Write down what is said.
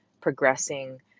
progressing